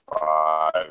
five